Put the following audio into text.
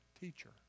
teacher